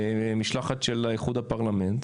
במשלחת של איחוד הפרלמנט.